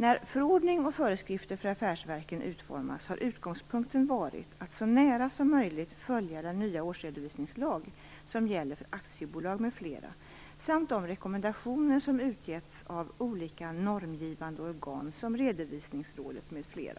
När förordning och föreskrifter för affärsverken utformats har utgångspunkten varit att så nära som möjligt följa den nya årsredovisningslag som gäller för aktiebolag m.fl. samt de rekommendationer som utgetts av olika normgivande organ som Redovisningsrådet m.fl.